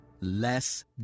Less